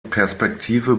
perspektive